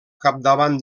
capdavant